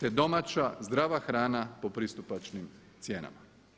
te domaća zdrava hrana po pristupačnim cijenama.